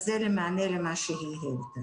אז זה כמענה למה שהיא העלתה.